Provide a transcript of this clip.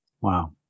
Wow